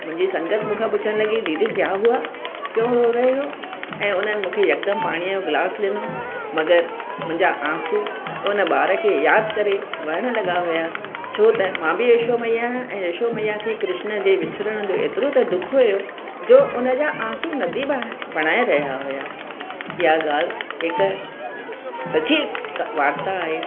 मुंहिंजी संगत मूंखा पुछणु लॻी दीदी क्या हुआ क्यों रो रहे हो ऐं उन्हनि मूंखे यकदमि पाणीअ जो गिलासु ॾिनो मगरि मुंहिंजा आसूं उन ॿार खे याद करे वहणु लॻा हुआ छो त मां बि यशो मैया आहियां ऐं यशो मैया खे कृष्ण जे विछिड़णु जो एतिरो त दुखु हुओ जो उन जा आसूं नदी बणाए रहिया हुआ इहा ॻाल्हि हिकु सची वार्ता आहे